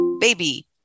Baby